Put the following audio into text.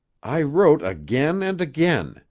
i wrote again and again,